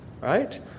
right